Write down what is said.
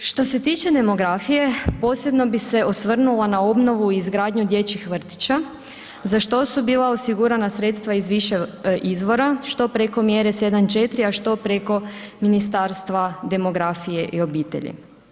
Što se tiče demografije, posebno bih se osvrnula na obnovu i izgradnju dječjih vrtića za što su bila osigurana sredstva iz više izvora što preko mjere 7.4., a što preko Ministarstva demografije i obitelji.